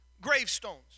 gravestones